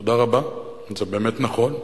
תודה רבה, זה באמת נכון,